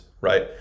right